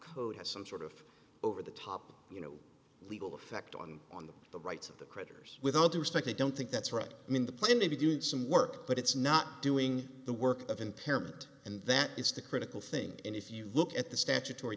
code has some sort of over the top you know legal effect on on the the rights of the creditors with all due respect i don't think that's right i mean the plan to be doing some work but it's not doing the work of impairment and that is the critical thing and if you look at the statutory